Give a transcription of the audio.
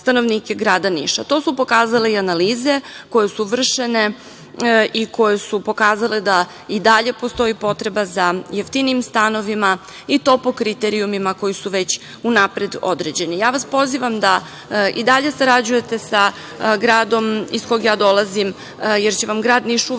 To su pokazale i analize koje su vršene i koje su pokazale da i dalje postoji potreba za jeftinijim stanovima i to po kriterijumima koji su već unapred određeni. Ja vas pozivam da i dalje sarađujete sa gradom iz kog ja dolazim, jer će vam grad Niš uvek